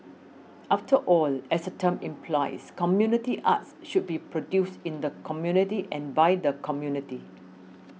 after all as the term implies community arts should be produced in the community and by the community